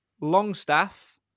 Longstaff